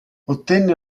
ottenne